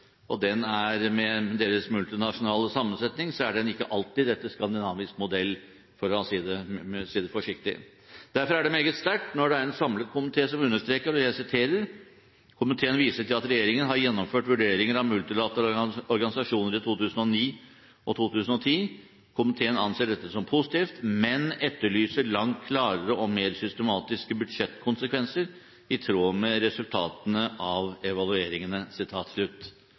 og den er – med deres multinasjonale sammensetning – ikke alltid etter skandinavisk modell, for å si det forsiktig. Derfor er det meget sterkt når det er en samlet komité som understreker: «Komiteen viser til at regjeringen har gjennomført vurderinger av multilaterale organisasjoner i 2009 og 2010. Komiteen anser dette som positivt, men etterlyser langt klarere og mer systematiske budsjettkonsekvenser, i tråd med resultatene av evalueringene.»